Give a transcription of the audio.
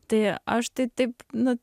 tai aš tai taip nu